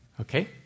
Okay